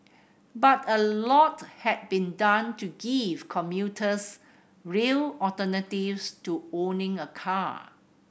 but a lot had been done to give commuters real alternatives to owning a car